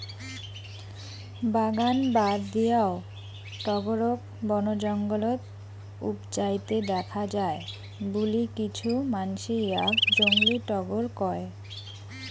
বাগান বাদ দিয়াও টগরক বনজঙ্গলত উবজাইতে দ্যাখ্যা যায় বুলি কিছু মানসি ইয়াক জংলী টগর কয়